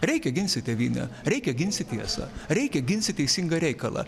reikia ginsi tėvynę reikia ginsi tiesą reikia ginsi teisingą reikalą